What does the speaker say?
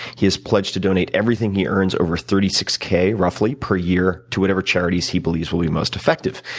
he has pledged to donate everything he earns over thirty six k, roughly per year, to whatever charities he believes will be most effective.